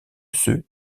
ceux